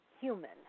human